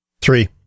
Three